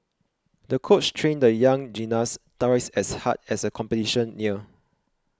the coach trained the young gymnast twice as hard as the competition neared